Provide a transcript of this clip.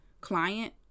client